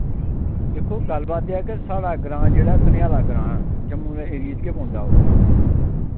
दिक्खो गल्ल बात एह् ऐ के साढ़ा ग्रां जेह्ड़ा कन्येला ग्रां जम्मू दे एरिये च गै पौंदा ओह्